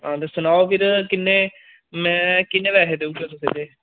हां ते सनाओ फेर किन्ने मै किन्ने पैहे देई उड़गा तुसें